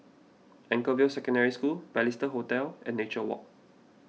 Anchorvale Secondary School Balestier Hotel and Nature Walk